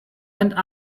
and